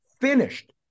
finished